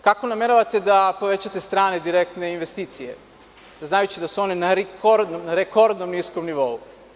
Kako nameravate da povećate strane i direktne investicije, znajući da su one na rekordno niskom nivou?